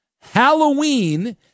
Halloween